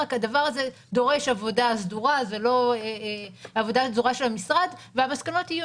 רק הדבר הזה דורש עבודה סדורה של המשרד והמסקנות יהיו,